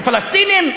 הפלסטינים?